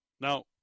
Now